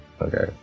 Okay